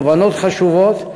תובנות חשובות,